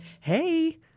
hey